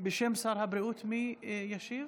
בשם שר הבריאות מי משיב?